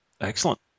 Excellent